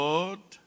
Lord